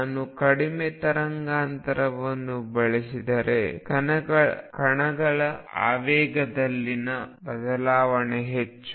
ನಾನು ಕಡಿಮೆ ತರಂಗಾಂತರವನ್ನು ಬಳಸಿದರೆ ಕಣಗಳ ಆವೇಗದಲ್ಲಿನ ಬದಲಾವಣೆ ಹೆಚ್ಚು